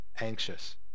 anxious